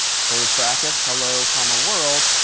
close bracket, hello comma world,